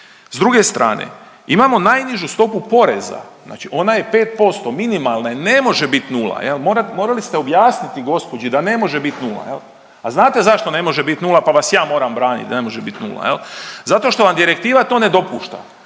s druge strane imamo najnižu stopu poreza, znači onaj 5% minimalne ne može bit nula, morali ste objasniti gospođi da ne može bit nula. A znate zašto ne može bit nula pa vas ja moram branit da ne može bit nula? Zato što vam direktiva to ne dopušta,